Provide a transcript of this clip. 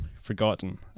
forgotten